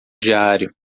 diário